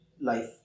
life